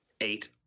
eight